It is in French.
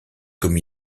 comme